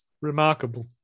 remarkable